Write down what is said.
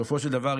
בסופו של דבר,